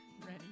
ready